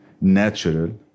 natural